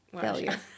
Failure